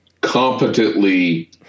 competently